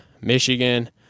Michigan